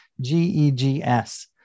G-E-G-S